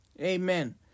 Amen